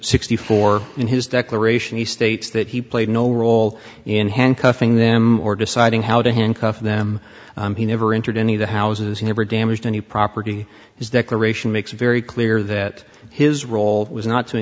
sixty four in his declaration he states that he played no role in handcuffing them or deciding how to handcuff them he never entered any of the houses he never damaged any property is declaration makes very clear that his role was not to